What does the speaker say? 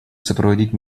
сопроводить